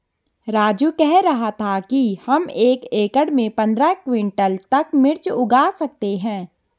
राजू कह रहा था कि हम एक एकड़ में पंद्रह क्विंटल तक मिर्च उगा सकते हैं